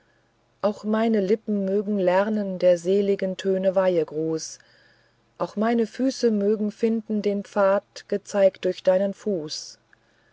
auch meine lippen mögen lernen der seligen töne weihegruß auch meine füße mögen finden den pfad gezeigt durch deinen fuß